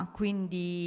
quindi